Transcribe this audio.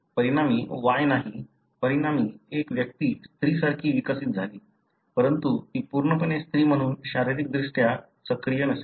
परिणामी Y नाही परिणामी एक व्यक्ती स्त्रीसारखी विकसित झाली परंतु ती पूर्णपणे स्त्री म्हणून शारीरिकदृष्ट्या सक्रिय नसेल